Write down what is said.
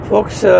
Folks